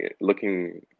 looking